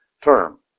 term